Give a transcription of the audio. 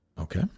Okay